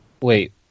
Wait